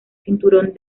cinturón